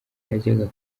yajyaga